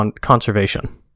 conservation